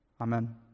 Amen